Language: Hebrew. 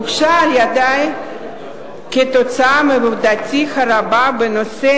הוגשה על-ידי כתוצאה מעבודתי הרבה בנושא